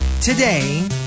Today